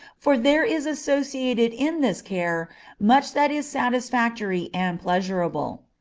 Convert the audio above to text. for there is associated in this care much that is satisfactory and pleasurable.